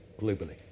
globally